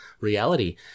reality